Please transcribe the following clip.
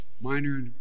minor